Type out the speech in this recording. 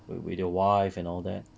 with your wife and all that